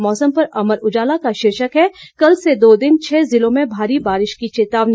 मौसम पर अमर उजाला का शीर्षक है कल से दो दिन छह जिलों में भारी बारिश की चेतावनी